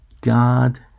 God